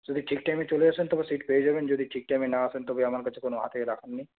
যদি ঠিক টাইমে চলে আসেন তবে সিট পেয়ে যাবেন যদি ঠিক টাইমে না আসেন তবে আমার কাছে কোন হাতে রাখা নেই